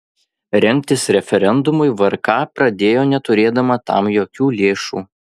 rengtis referendumui vrk pradėjo neturėdama tam jokių lėšų